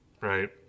right